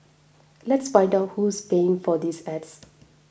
let's find out who's paying for these ads